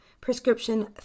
prescription